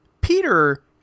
Peter